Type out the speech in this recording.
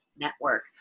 Network